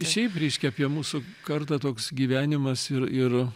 šiaip reiškia apie mūsų kartą toks gyvenimas ir ir